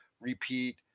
repeat